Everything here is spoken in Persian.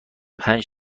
پنج